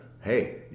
Hey